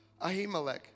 Ahimelech